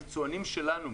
היצואנים שלנו,